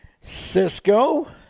Cisco